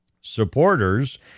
Supporters